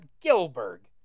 Gilbert